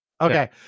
Okay